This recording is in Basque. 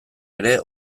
ere